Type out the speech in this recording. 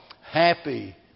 Happy